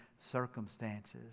circumstances